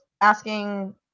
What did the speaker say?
asking